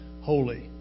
holy